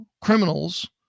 criminals